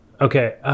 Okay